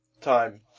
time